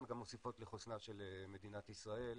גם מוסיפות לחוסנה של מדינת ישראל.